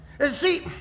see